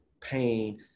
pain